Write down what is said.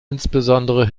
insbesondere